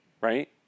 right